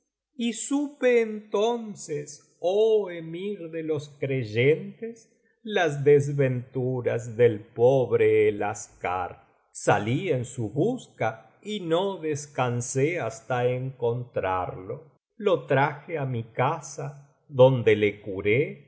y supe entonces oh emir ele los creyentes las desventuras del pobre el aschar salí en su busca y no descansé hasta encontrarlo lo traje á mi casa donde le curé y